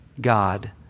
God